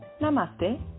Namaste